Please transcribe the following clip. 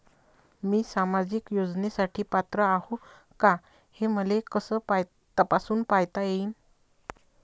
मी सामाजिक योजनेसाठी पात्र आहो का, हे मले कस तपासून पायता येईन?